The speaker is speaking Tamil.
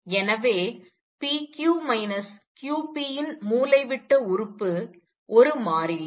எனவே p q q p இன் மூலைவிட்ட உறுப்பு ஒரு மாறிலி